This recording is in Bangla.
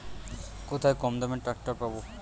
কোথায় কমদামে ট্রাকটার পাব?